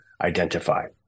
identify